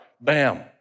Bam